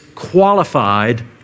qualified